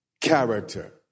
character